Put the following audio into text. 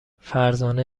فرزانه